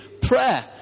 prayer